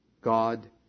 God